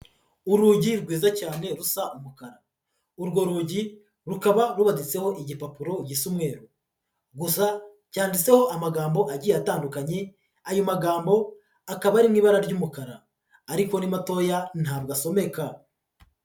Urugi rwiza cyane rusa umukara, urwo rugi rukaba rubaditseho igipapuro gisa umweru, gusa cyanditseho amagambo agiye atandukanye, ayo magambo akaba ari mu ibara ry'umukara, ariko ni matoya ntabwo asomeka.